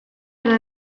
edo